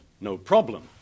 no-problem